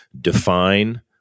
define